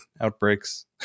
outbreaks